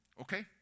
Okay